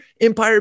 empire